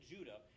Judah